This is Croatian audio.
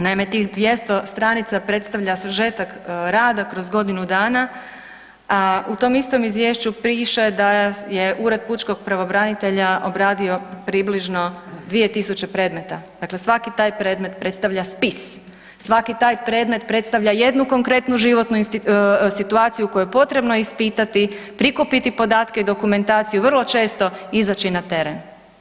Naime, tih 200 str. predstavlja sažetak rada kroz godinu dana a u tom istom izvješću piše da je Ured pučkog pravobranitelja obradio približno 2000 predmeta, dakle svaki taj predmet predstavlja spis, svaki taj predmet predstavlja jednu konkretnu životnu situaciju koju je potrebno ispitati, prikupiti podatke i dokumentaciju, vrlo često izaći na teren.